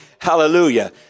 Hallelujah